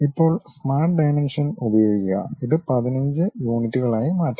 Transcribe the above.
ഇപ്പോൾ smart dimension ഉപയോഗിക്കുക ഇത് 15 യൂണിറ്റുകളായി മാറ്റാം